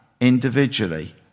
Individually